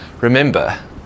remember